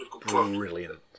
Brilliant